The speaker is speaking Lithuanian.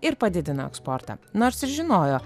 ir padidino eksportą nors ir žinojo